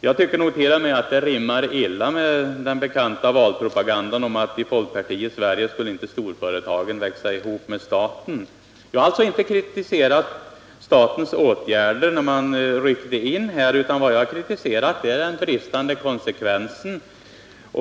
Jag tycker nog t.o.m. att det rimmar illa med den bekanta valpropagandan om att i folkpartiets Sverige skulle inte storföretagen växa ihop med staten. Jag har alltså inte kritiserat att staten har gripit in, utan vad jag har kritiserat är den bristande konsekvensen.